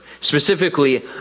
specifically